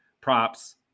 props